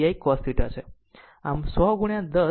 આમ 100 into 10 cosine 53